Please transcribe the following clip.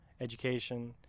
education